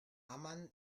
amman